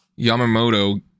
Yamamoto